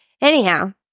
Anyhow